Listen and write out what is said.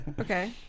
okay